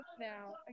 now